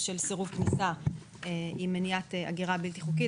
של סירוב כניסה היא מניעת הגירה בלתי חוקית.